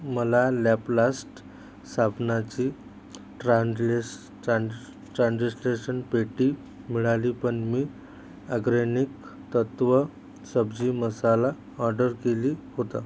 मला लॅपलास्ट साबणाची ट्रान्ज्लेस ट्रान्स ट्रान्जेस्टेशन पेटी मिळाली पण मी अग्रॅनिक तत्व सब्जी मसाला ऑर्डर केली होता